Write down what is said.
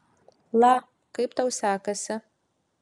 la kaip tau sekasi